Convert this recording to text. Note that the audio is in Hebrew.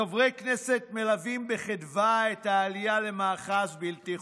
חברי כנסת מלווים בחדווה את העלייה למאחז בלתי חוקי,